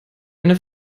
eine